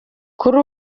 kuri